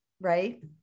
right